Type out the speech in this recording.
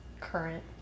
current